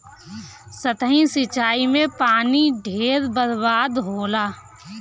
सतही सिंचाई में पानी ढेर बर्बाद होला